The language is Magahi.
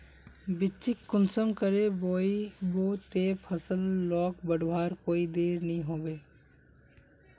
बिच्चिक कुंसम करे बोई बो ते फसल लोक बढ़वार कोई देर नी होबे?